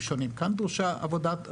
דרושה כאן עבודת רקע.